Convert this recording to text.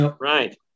Right